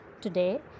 today